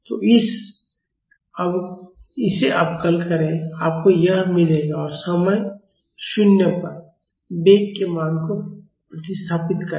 तो इसे अवकल करें आपको यह मिलेगा और समय 0 पर वेग के मान को प्रतिस्थापित करें